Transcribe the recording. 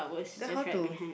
then how to